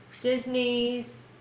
Disney's